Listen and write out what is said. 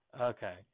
Okay